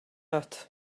oed